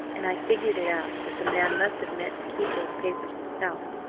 and i figured it out that the man must have meant to keep those papers himself,